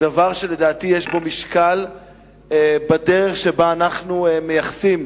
הוא דבר שלדעתי יש לו משקל בדרך שבה אנחנו מייחסים